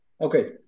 Okay